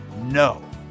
no